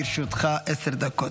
בבקשה, לרשותך עשר דקות.